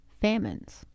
Famines